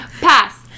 Pass